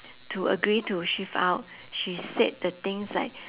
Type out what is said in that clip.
to agree to shift out she said the things like